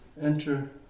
enter